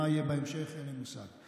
מה יהיה בהמשך, אין לי מושג.